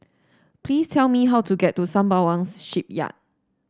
please tell me how to get to Sembawang Shipyard